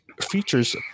features